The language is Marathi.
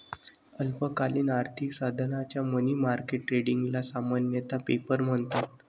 अल्पकालीन आर्थिक साधनांच्या मनी मार्केट ट्रेडिंगला सामान्यतः पेपर म्हणतात